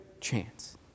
chance